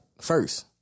first